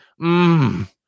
mmm